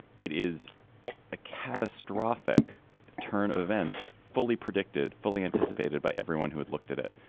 it is a catastrophic turn of events fully predicted fully anticipated by everyone who had looked at it.